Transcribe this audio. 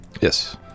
Yes